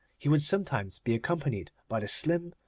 he would sometimes be accompanied by the slim,